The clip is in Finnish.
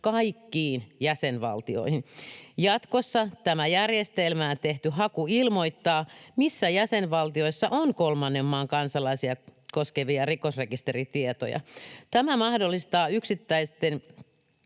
kaikkiin jäsenvaltioihin. Jatkossa tämä järjestelmään tehty haku ilmoittaa, missä jäsenvaltioissa on kolmannen maan kansalaisia koskevia rikosrekisteritietoja. Tämä mahdollistaa yksittäisten